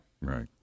Right